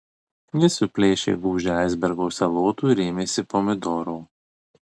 jis suplėšė gūžę aisbergo salotų ir ėmėsi pomidoro